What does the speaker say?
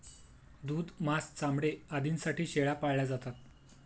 दूध, मांस, चामडे आदींसाठी शेळ्या पाळल्या जातात